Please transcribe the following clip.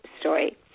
story